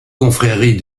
confrérie